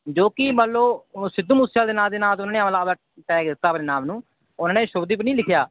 ਜੋ ਕਿ ਮੰਨ ਲਓ ਉਹ ਸਿੱਧੂ ਮੂਸੇਆਲੇ ਦੇ ਨਾਂ ਦੇ ਨਾਂ 'ਤੇ ਉਹਨਾਂ ਆਪਣਾ ਆਪਦਾ ਟੈਗ ਦਿੱਤਾ ਆਪਣੇ ਨਾਮ ਨੂੰ ਉਹਨਾਂ ਨੇ ਸ਼ੁਭਦੀਪ ਨਹੀਂ ਲਿਖਿਆ